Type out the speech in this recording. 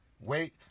Wait